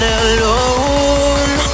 alone